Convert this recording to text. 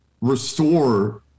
restore